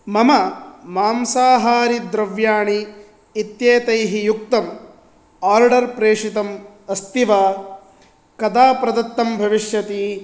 मम मांसाहारिद्रव्याणि इत्येतैः युक्तम् आर्डर् प्रेषितम् अस्ति वा कदा प्रदत्तं भविष्यति